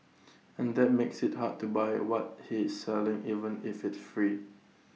and that makes IT hard to buy what he's selling even if it's free